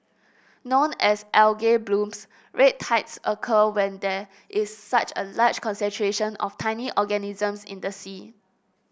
known as algae blooms red tides occur when there is such a large concentration of tiny organisms in the sea